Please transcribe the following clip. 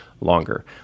longer